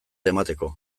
emateko